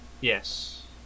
Yes